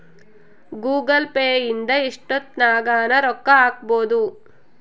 Google pay ಇಂದ ಎಷ್ಟೋತ್ತಗನ ರೊಕ್ಕ ಹಕ್ಬೊದು